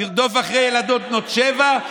לרדוף אחרי ילדות בנות שבע?